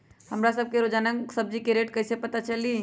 हमरा सब के रोजान सब्जी के रेट कईसे पता चली?